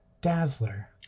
Dazzler